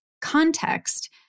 context